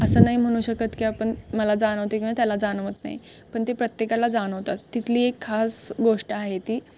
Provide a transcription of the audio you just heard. असं नाही म्हणू शकत की आपण मला जाणवत किंवा त्याला जाणवत नाही पण ते प्रत्येकाला जाणवतात तिथली एक खास गोष्ट आहे ती